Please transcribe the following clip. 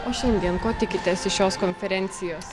o šiandien ko tikitės iš šios konferencijos